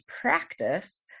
practice